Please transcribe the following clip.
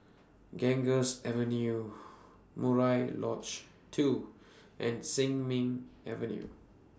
Ganges Avenue Murai Lodge two and Sin Ming Avenue